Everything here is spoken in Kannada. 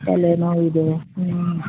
ತಲೆನೋವು ಇದೆಯಾ ಹ್ಞೂ